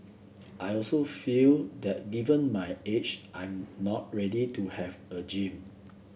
I also feel that given my age I'm not ready to have a gym